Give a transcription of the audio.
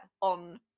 on